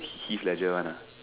Heath-Ledger one ah